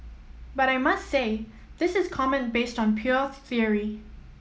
but I must say this is comment based on pure theory